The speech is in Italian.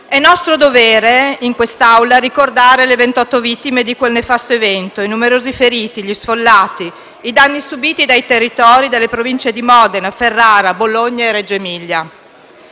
È nostro dovere ricordare in quest'Aula le 28 vittime di quel nefasto evento, i numerosi feriti, gli sfollati e i danni subiti dai territori delle Province di Modena, Ferrara, Bologna e Reggio Emilia.